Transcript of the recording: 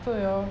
对 orh